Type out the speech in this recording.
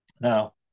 Now